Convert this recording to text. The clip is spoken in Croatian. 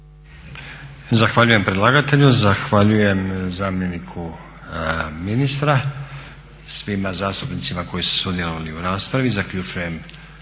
Zahvaljujem predlagatelju, zahvaljujem zamjeniku ministra, svima zastupnicima koji su sudjelovali u raspravi.